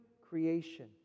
creation